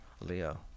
Leo